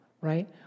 right